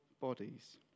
bodies